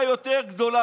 אין אנרכיה יותר גדולה.